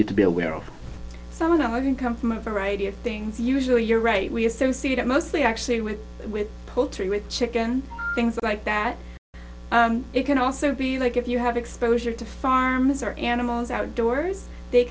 need to be aware of some of them having come from a variety of things usually you're right we associate it mostly actually with with poultry with chicken things like that it can also be like if you have exposure to farms are animals outdoors they